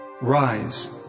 Rise